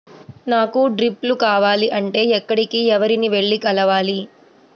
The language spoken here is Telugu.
నాకు డ్రిప్లు కావాలి అంటే ఎక్కడికి, ఎవరిని వెళ్లి కలవాలి?